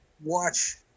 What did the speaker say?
watch